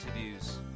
interviews